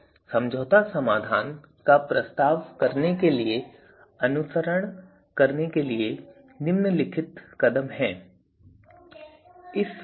समझौता समाधान का प्रस्ताव करने के लिए अनुसरण करने के लिए निम्नलिखित कदम हैं